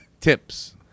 Tips